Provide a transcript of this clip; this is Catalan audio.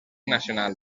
nacional